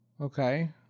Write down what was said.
Okay